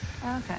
Okay